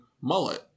mullet